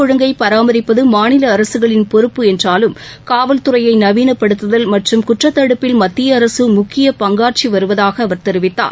ஒழுங்கை பராமரிப்பது மாநில அரசுகளின் பொறுப்பு என்றாலும் காவல்துறையை சட்டம் நவீனப்படுத்துதல் மற்றும் குற்றத்தடுப்பில் மத்திய அரசு முக்கிய பங்காற்றி வருவதாக அவர் தெரிவித்தார்